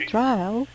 Trial